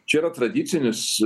čia yra tradicinis